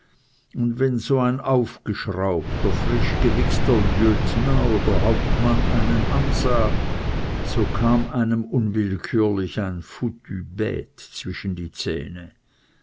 und wenn so ein aufgeschraubter frisch gewichster lieutenant oder hauptmann einen ansah so kam einem unwillkürlich ein foutue bte zwischen die zähne